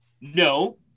No